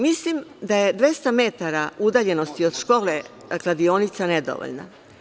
Mislim da je 200 metara udaljenosti od škole kladionica nedovoljna.